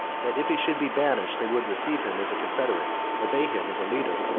that if he should be banished, they would receive him as a confederate, obey him as a leader,